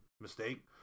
mistake